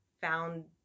found